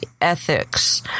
ethics